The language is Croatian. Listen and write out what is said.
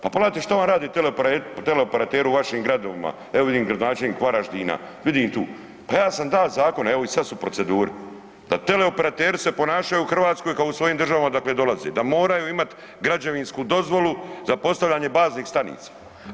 Pa pogledajte šta vam rade teleoperateri u vašim gradovima, evo vidim gradonačelnik Varaždina, vidim tu, pa ja sam dao zakon, evo i sad su u proceduri, da teleoperateri se ponašaju u Hrvatskoj kao u svojim državama odakle dolaze, da moraju imat građevinsku dozvolu za postavljanje baznih stanica.